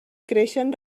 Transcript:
creixen